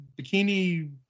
bikini